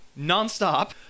nonstop